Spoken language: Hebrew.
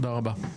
תודה רבה.